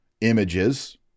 images